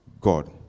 god